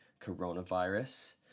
coronavirus